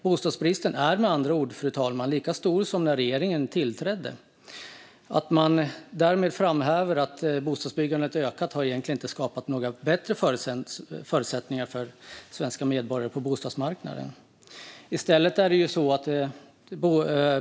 Bostadsbristen är med andra ord lika stor som när regeringen tillträdde. Att man då framhäver att bostadsbyggandet har ökat har inte skapat några bättre förutsättningar för svenska medborgare på bostadsmarknaden.